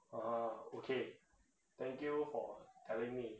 oh okay thank you for telling me